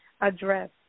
address